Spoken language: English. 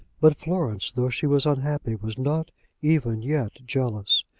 but florence, though she was unhappy, was not even yet jealous.